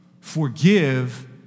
forgive